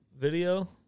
video